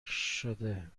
شدم